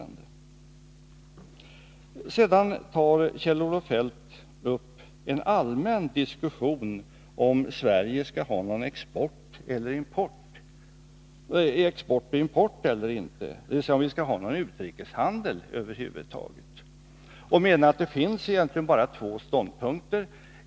Sedan tog Kjell-Olof Feldt upp en allmän diskussion om huruvida Sverige skall ha någon export och import eller inte, dvs. om vi över huvud taget skall ha någon utrikeshandel. Han menar att det egentligen finns bara två ståndpunkter.